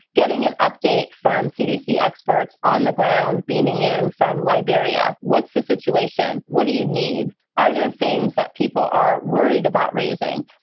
getting an update from cdc experts on the ground beaming in from liberia. what's the situation? what do you need? are there things that people are worried about raising?